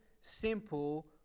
simple